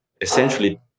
essentially